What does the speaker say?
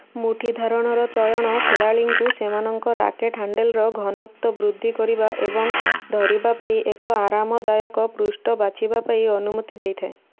ମୁଠି ଧାରଣର ଚୟନ ଖେଳାଳିଙ୍କୁ ସେମାନଙ୍କ ରାକେଟ୍ ହାଣ୍ଡେଲ୍ର ଘନତ୍ୱ ବୃଦ୍ଧି କରିବା ଏବଂ ଧରିବା ପାଇଁ ଏକ ଆରାମଦାୟକ ପୃଷ୍ଠ ବାଛିବା ପାଇଁ ଅନୁମତି ଦେଇଥାଏ